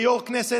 כיו"ר כנסת,